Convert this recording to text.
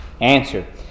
Answer